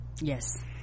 Yes